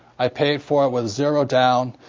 i paid for it with zero down.